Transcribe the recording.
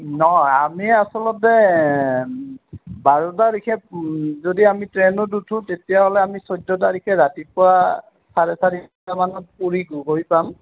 নহয় আমি আচলতে বাৰ তাৰিখে যদি আমি ট্ৰেইনত উঠোঁ তেতিয়াহ'লে আমি চৈধ্য তাৰিখে ৰাতিপুৱা চাৰে চাৰিটামানত পুৰী গো গৈ পাম